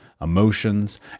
emotions